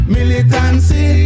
Militancy